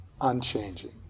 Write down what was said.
unchanging